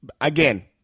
Again